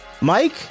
Mike